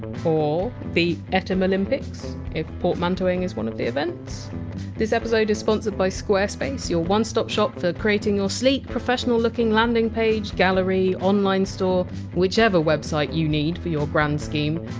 or, the etymolympics, if portmanteauing is one of the events this episode is sponsored by squarespace, your one-stop shop for creating your sleek, professional-looking landing page, gallery, online store whichever website you need for your grand scheme.